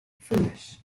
foolish